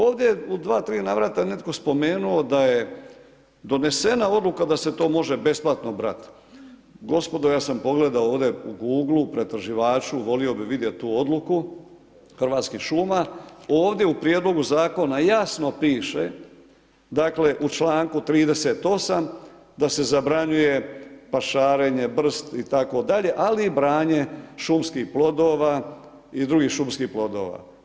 Ovdje u dva, tri navrata je netko spomenuo da je donesena odluka da se to može besplatno brati, gospodo, ja sam pogledao ovdje u Google-u, pretraživaču, volio bi vidjeti tu odluku Hrvatskih šuma, ovdje u prijedlogu zakona jasno piše, u članku 38. da se zabranjuje pašarenje, brst itd., ali i branje drugih šumskih plodova.